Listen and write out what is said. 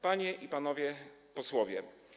Panie i Panowie Posłowie!